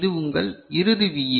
இது உங்கள் இறுதி VA